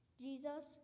Jesus